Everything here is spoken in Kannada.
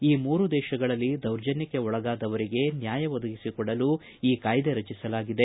ಈ ಮೂರು ದೇಶಗಳಲ್ಲಿ ದೌರ್ಜನ್ಯಕ್ಷೆ ಒಳಗಾದವರಿಗೆ ನ್ಯಾಯ ಒದಗಿಸಿಕೊಡಲು ಈ ಕಾಯ್ದೆ ರಚಿಸಲಾಗಿದೆ